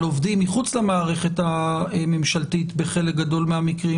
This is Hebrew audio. עובדים מחוץ למערכת הממשלתית בחלק גדול מהמקרים,